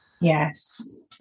Yes